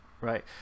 Right